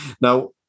Now